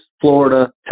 Florida